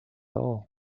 all